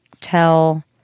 tell